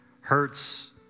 hurts